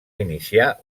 iniciar